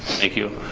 thank you.